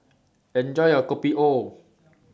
Enjoy your Kopi O